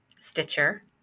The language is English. Stitcher